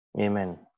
Amen